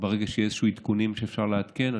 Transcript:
שברגע שיהיו עדכונים שאפשר לעדכן בהם,